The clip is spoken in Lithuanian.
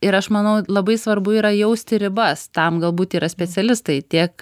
ir aš manau labai svarbu yra jausti ribas tam galbūt yra specialistai tiek